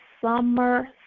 Summer